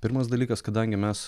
pirmas dalykas kadangi mes